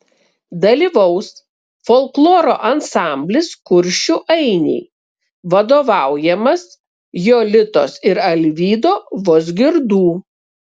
dalyvaus folkloro ansamblis kuršių ainiai vadovaujamas jolitos ir alvydo vozgirdų